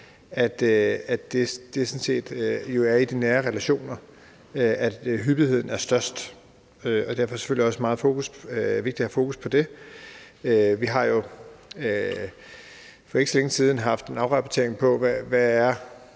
set er i de nære relationer, at hyppigheden er størst, og derfor er det selvfølgelig også meget vigtigt at have fokus på det. Vi har jo for ikke så længe siden haft en afrapportering af, hvad